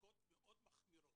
בבדיקות מאוד מחמירות,